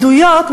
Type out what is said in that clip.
עדיות,